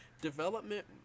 development